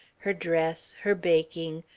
her dress, her baking,